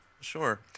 Sure